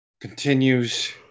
continues